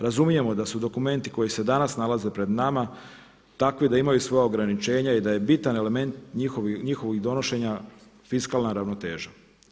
Razumijemo da su dokumenti koji se danas nalaze pred nama takvi da imaju svoja ograničenja i da je bitan element njihovog donošenja fiskalna ravnoteža.